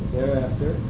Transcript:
Thereafter